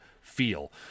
feel